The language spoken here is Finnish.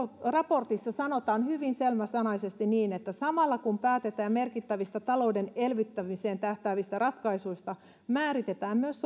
raportissa sanotaan hyvin selväsanaisesti samalla kun päätetään merkittävistä talouden elvyttämiseen tähtäävistä ratkaisuista määritetään myös